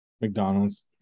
McDonald's